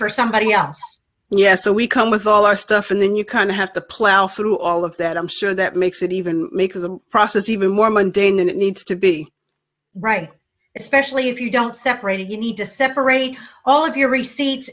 for somebody else yes so we come with all our stuff and then you kind of have to plow through all of that i'm sure that makes it even make a process even more mundane than it needs to be right especially if you don't separate if you need to separate all of your receipts